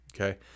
Okay